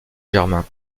germain